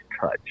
touch